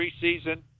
preseason